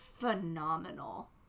Phenomenal